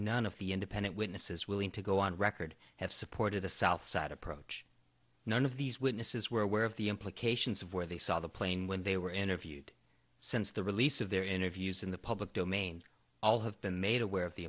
none of the independent witnesses willing to go on record have supported the south side approach none of these witnesses were aware of the implications of where they saw the plane when they were interviewed since the release of their interviews in the public domain all have been made aware of the